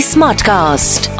Smartcast